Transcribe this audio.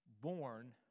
born